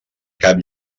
cap